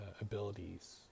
abilities